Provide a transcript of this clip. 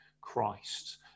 Christ